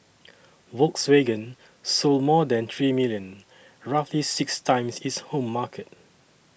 Volkswagen sold more than three million roughly six times its home market